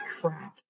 crap